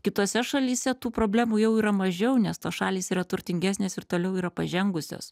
kitose šalyse tų problemų jau yra mažiau nes tos šalys yra turtingesnės ir toliau yra pažengusios